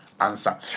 Answer